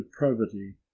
depravity